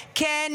כן,